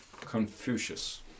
Confucius